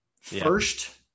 first